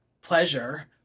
pleasure